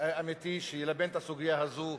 אמיתי שילבן את הסוגיה הזאת,